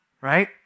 right